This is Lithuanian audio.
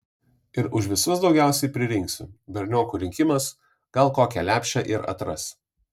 ir už visus daugiausiai pririnksiu berniokų rinkimas gal kokią lepšę ir atras